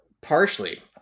Partially